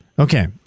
Okay